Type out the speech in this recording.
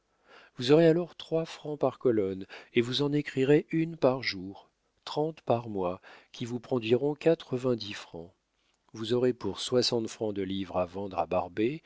vous aurez alors trois francs par colonne et vous en écrirez une par jour trente par mois qui vous produiront quatre-vingt-dix francs vous aurez pour soixante francs de livres à vendre à barbet